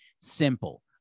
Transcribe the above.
simple